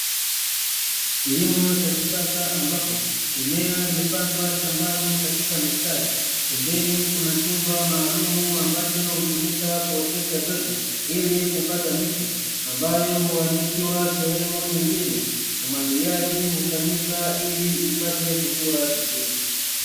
Kilimo cha kisasa ambapo mimea imepandwa shambani katika mistari, pembeni kuna chumba maalum ambacho hutumika kuotesha mbegu ili kupata miche, ambayo huamishiwa sehemu nyingine, umwagiliaji hufanyika ili ipate kukua vizuri.